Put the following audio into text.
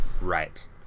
Right